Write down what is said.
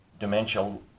Dementia